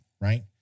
right